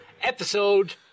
episode